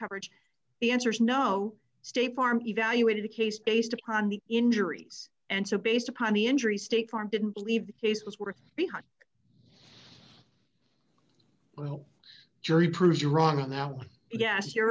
coverage the answer is no state farm evaluated the case based upon the injuries and so based upon the injury state farm didn't believe the case was worth behind jury proves you wrong on that one yes you're